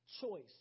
choice